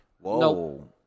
Whoa